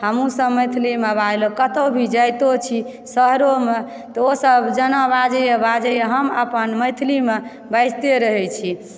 हमहुँसभ मैथिलीमे बाजलहुँ कतहुँ भी जाइतो छी शहरोमे तऽ ओसभ जेना बाजयए बजयए हम अपन मैथिलीमे बाजिते रहैत छी